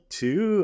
two